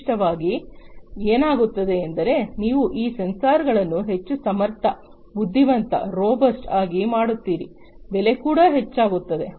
ವಿಶಿಷ್ಟವಾಗಿ ಏನಾಗುತ್ತದೆ ಎಂದರೆ ನೀವು ಈ ಸೆನ್ಸಾರ್ಗಳನ್ನು ಹೆಚ್ಚು ಸಮರ್ಥ ಬುದ್ಧಿವಂತ ರೊಬಸ್ಟ್ ಆಗಿ ಮಾಡುತ್ತೀರಿ ಬೆಲೆ ಕೂಡ ಹೆಚ್ಚಾಗುತ್ತದೆ